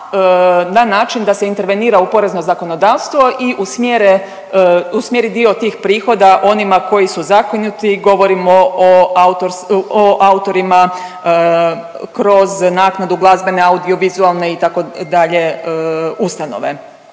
na način da se intervenira u porezno zakonodavstvo i usmjere, usmjeri dio tih prihoda onima koji su zakinuti. Govorimo o autorima kroz naknadu glazbene, audiovizualne itd. ustanove.